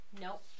Nope